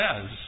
says